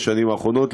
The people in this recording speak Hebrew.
בשנים האחרונות.